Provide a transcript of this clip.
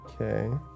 okay